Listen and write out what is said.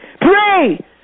pray